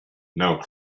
now